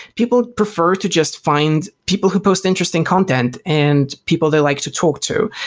people prefer to just find people who post interesting content and people they like to talk to.